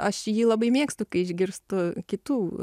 aš jį labai mėgstu kai išgirstu kitų